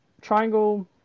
triangle